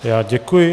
Já děkuji.